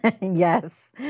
Yes